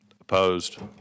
Opposed